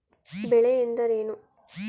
ಬೆಳೆ ಎಂದರೇನು?